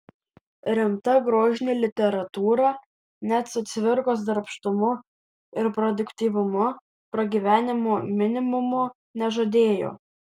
rimta grožinė literatūra net su cvirkos darbštumu ir produktyvumu pragyvenimo minimumo nežadėjo